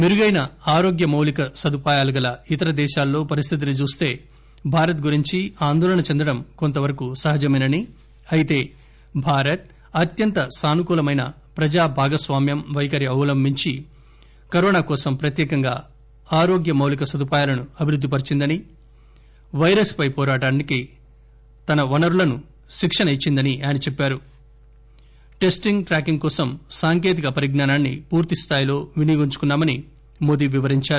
మెరుగైన ఆరోగ్య మౌలిక సదుపాయాలు కల ఇతర దేశాల్లో పరిస్దితిని చూస్తే భారత్ గురించి ఆందోళన చెందడం కొంతవరకు సహజమేనని అయితే భారత్ అత్యంత సానుకూలమైన ప్రజా భాగస్వామ్యం వైఖరి అవలంబించి కరోనా కోసం ప్రత్యేకంగా ఆరోగ్య మౌలిక సదుపాయాలను అభివృద్ది పరిచిందని వైరస్ పై వోరాటానికి తన వనరులకు శిక్షణ ఇచ్చిందని ఆయన చెప్పారు టెస్టింగ్ ట్రాకింగ్ కోసం సాంకేతిక పరిజ్ఞానాన్ని పూర్తిస్తాయిలో వినియోగించుకున్నామని మోదీ వివరించారు